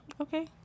Okay